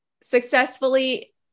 successfully